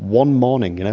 one morning. you know